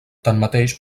tanmateix